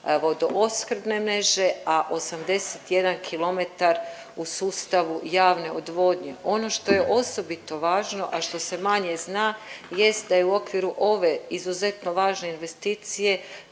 vodoopskrbne mreže, a 81 km u sustavu javne odvodnje. Ono što je osobito važno, a što se manje zna jest da je u okviru ove izuzetno važne investicije